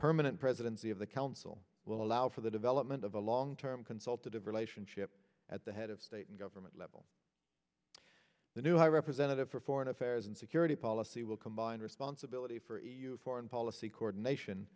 permanent presidency of the council will allow for the development of a long term consultative relays unshipped at the head of state and government level the new high representative for foreign affairs and security policy will combine responsibility for foreign policy coordination